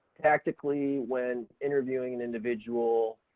tactically when interviewing an individual,